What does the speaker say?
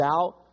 out